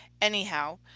Anyhow